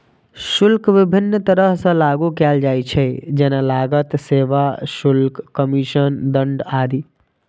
शुल्क विभिन्न तरह सं लागू कैल जाइ छै, जेना लागत, सेवा शुल्क, कमीशन, दंड आदि